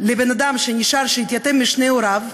לבן-אדם שנשאר, שהתייתם משני הוריו,